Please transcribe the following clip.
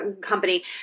company